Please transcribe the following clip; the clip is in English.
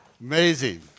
Amazing